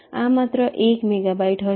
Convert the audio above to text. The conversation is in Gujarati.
આ માત્ર 1 મેગાબાઈટ હશે